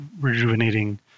rejuvenating